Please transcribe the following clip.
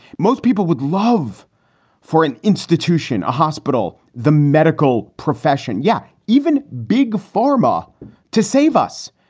most people would love for an institution. a hospital. the medical profession. yeah. even big pharma to save us.